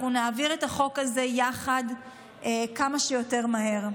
אנחנו נעביר את החוק הזה יחד כמה שיותר מהר.